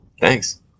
Thanks